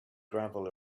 gravel